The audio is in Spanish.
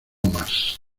más